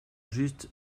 just